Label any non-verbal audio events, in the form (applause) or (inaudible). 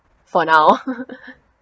for now (laughs)